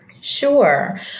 Sure